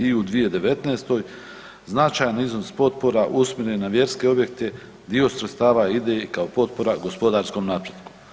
I u 2019. značajan iznos potpora usmjeren na vjerske objekte dio sredstava ide i kao potpora gospodarskom napretku.